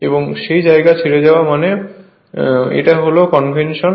এবং সেই জায়গা ছেড়ে যাওয়া মানে এটা হল এর কনভেনশন